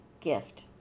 gift